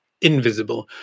invisible